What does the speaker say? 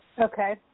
Okay